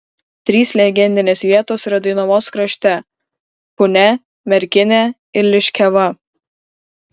trys legendinės vietos yra dainavos krašte punia merkinė ir liškiava